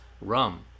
rum